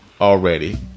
already